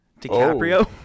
DiCaprio